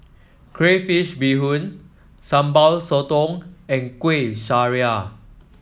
Crayfish Beehoon Sambal Sotong and Kueh Syara